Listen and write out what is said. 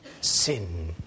sin